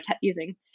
using